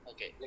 Okay